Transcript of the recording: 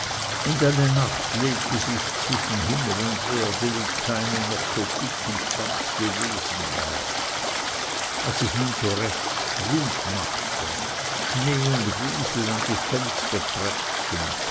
und eine nacht legte sich zwischen himmel und erde wie keine noch so dick und schwarz gewesen war als es nun so recht strub machte schnee und riesel an die fenster